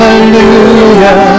Hallelujah